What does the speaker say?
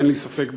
אין לי ספק בכך.